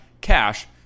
cash